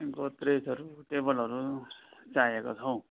गोदरेजहरू टेबलहरू चाहिएको छ हौ